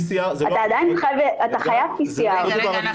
אתה חייב PCR. רגע,